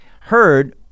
heard